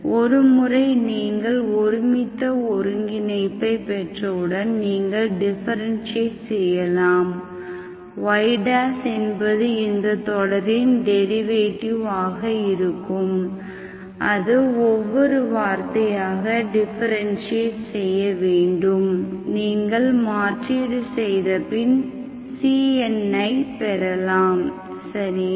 ஒருமுறை நீங்கள் ஒருமித்த ஒருங்கிணைப்பை பெற்றவுடன் நீங்கள் டிஃபரென்ஷியேட் செய்யலாம் y என்பது இந்தத் தொடரின் டெரிவேட்டிவ் ஆக இருக்கும் அது ஒவ்வொரு வார்த்தையாக டிஃபரென்ஷியேட் செய்ய வேண்டும் நீங்கள் மாற்றீடு செய்த பின் cn ஐபெறலாம் சரியா